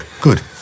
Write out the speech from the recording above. Good